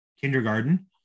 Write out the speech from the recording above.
kindergarten